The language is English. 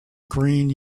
green